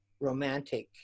romantic